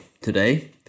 today